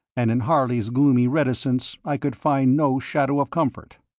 and in harley's gloomy reticence i could find no shadow of comfort.